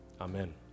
Amen